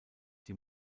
die